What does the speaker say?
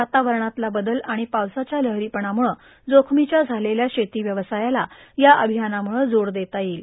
वातावरणातला बदल आणि पावसाच्या लहरीपणामुळं जोखमीच्या झालेल्या शेती व्यवसायाला या अभियानामुळं जोड देता येईल